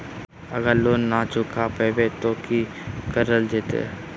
अगर लोन न चुका पैबे तो की करल जयते?